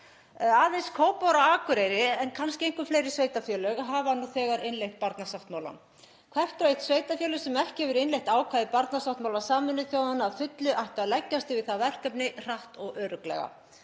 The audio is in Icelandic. Aðeins Kópavogur og Akureyri, en kannski einhver fleiri sveitarfélög, hafa nú þegar innleitt barnasáttmálann. Hvert og eitt sveitarfélag sem ekki hefur innleitt ákvæði barnasáttmála Sameinuðu þjóðanna að fullu ætti að leggjast yfir það verkefni hratt og örugglega.